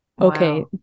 Okay